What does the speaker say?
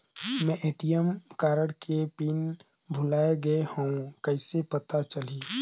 मैं ATM card के PIN भुलाए गे हववं कइसे पता चलही?